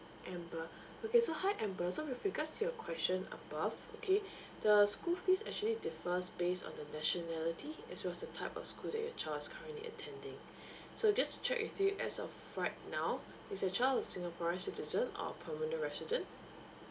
amber okay so hi amber so with regards to your question above okay the school fees actually differs based on the nationality it was the type of school that your child was currently attending so just to check with you as of right now is your child was singaporean citizen or permanent resident